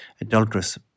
adulterous